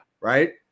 Right